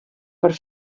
per